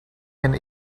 and